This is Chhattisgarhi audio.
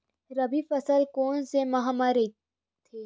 रबी फसल कोन सा माह म रथे?